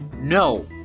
No